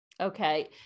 Okay